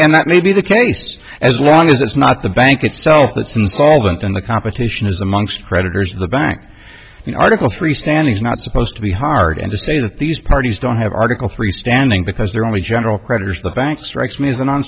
and that may be the case as long as it's not the bank itself that's insolvent and the competition is amongst creditors the bank article freestanding is not supposed to be hard and just say that these parties don't have article three standing because they're only general creditors the bank strikes me as a non